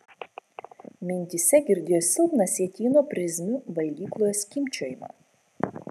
mintyse girdėjo silpną sietyno prizmių valgykloje skimbčiojimą